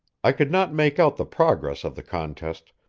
i could not make out the progress of the contest,